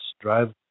drive